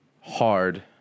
hard